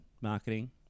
marketing